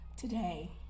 today